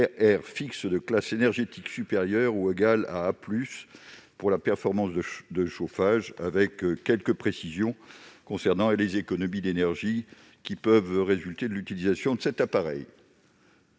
fixes de classe énergétique supérieure ou égale à A+ pour la performance de chauffage, avec quelques précisions concernant les économies d'énergie qui peuvent résulter de l'utilisation de cet appareil.